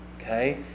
okay